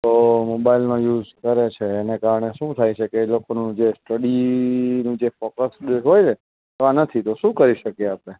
તો મોબાઈલનો યુઝ કરે છે એને કારણે શું થાય છે કે એ લોકોનું જે સ્ટડિનું જે ફોકસ્ડ હોય ને આનાથી તો શું કરી શકીએ આપડે